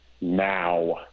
now